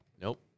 Nope